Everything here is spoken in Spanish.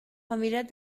familias